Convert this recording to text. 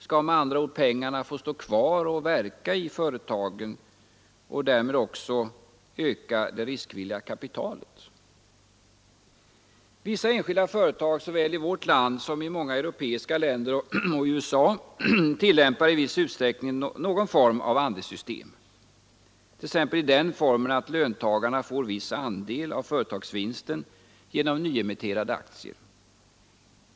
Skall med andra ord pengarna få stå kvar och verka i företagen och därmed också öka det riskvilliga kapitalet? Vissa enskilda företag såväl i vårt land som i många europeiska länder och USA tillämpar i viss utsträckning någon form av andelssystem, t.ex. i den formen att löntagarna får viss andel av företagsvinsten genom nyemitterade aktier.